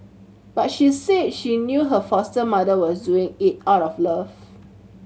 but she said she knew her foster mother was doing it out of love